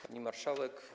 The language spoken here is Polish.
Pani Marszałek!